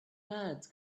birds